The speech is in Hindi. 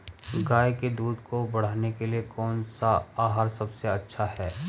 गाय के दूध को बढ़ाने के लिए कौनसा आहार सबसे अच्छा है?